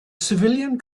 civilian